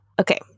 okay